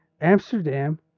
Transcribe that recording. Amsterdam